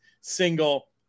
single